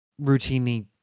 routinely